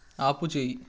ఆపుచేయి